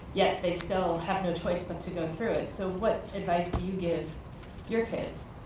yet they still have no choice but to go through it. so what advice do you give your kids?